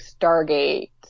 Stargate